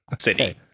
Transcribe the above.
city